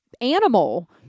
animal